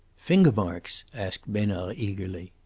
finger-marks! asked besnard eagerly.